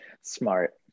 Smart